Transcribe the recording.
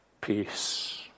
peace